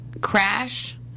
Crash